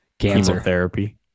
Chemotherapy